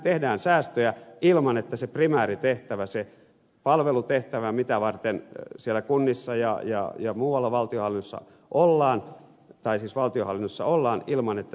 tehdään säästöjä ilman että se primääritehtävä se palvelutehtävä mitä varten siellä kunnissa ja valtionhallinnossa ollaan siitä kärsii